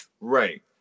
Right